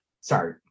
sorry